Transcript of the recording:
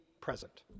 present